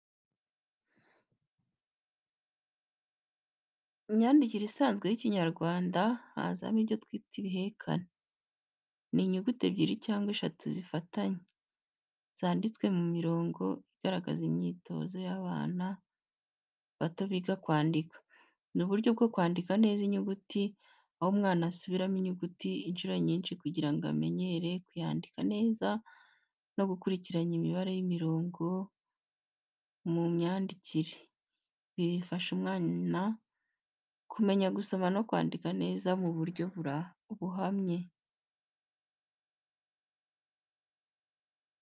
Imyandikire isanzwe y'ikinyarwanda hazamo ibyo twita ibihekane. Ni inyuguti ebyeri cyangwa eshatu zifatanye, zanditswe mu mirongo igaragaza imyitozo y’abana bato biga kwandika. Ni uburyo bwo kwandika neza nyuguti, aho umwana asubiramo inyuguti inshuro nyinshi kugira ngo amenyere kuyandika neza no gukurikiranya imibare y’imirongo mu myandikire. Ibi bifasha umwana kumenya gusoma no kwandika neza mu buryo buhamye.